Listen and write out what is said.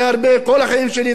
ולפי דעתי,